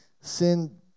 Sin